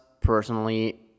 Personally